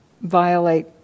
violate